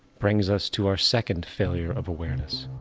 brings us to our second failure of awareness.